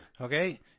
Okay